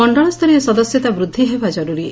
ମଣ୍ଡଳ ସ୍ତରୀୟ ସଦସ୍ୟତା ବୃଦ୍ଧି ହେବା ଜରୁରୀ